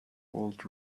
hold